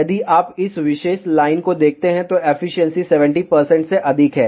यदि आप इस विशेष लाइन को देखते हैं तो एफिशिएंसी 70 से अधिक है